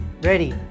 ready